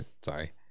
sorry